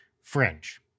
Fringe